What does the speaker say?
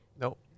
Nope